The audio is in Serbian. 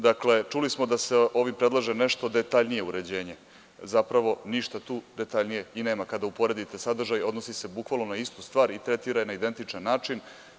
Dakle, čuli smo da se ovim predlaže nešto detaljnije uređenje, zapravo ništa tu detaljnije i nema, kada uporedite sadržaj, odnosi se bukvalno na istu stvar i tretira na identičan način.